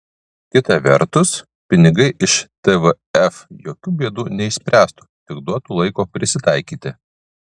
kita vertus pinigai iš tvf jokių bėdų neišspręstų tik duotų laiko prisitaikyti